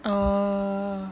oo